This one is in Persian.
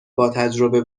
باتجربه